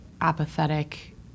apathetic